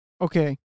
okay